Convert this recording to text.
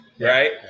Right